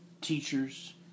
teachers